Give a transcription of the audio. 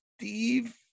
Steve